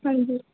हां जी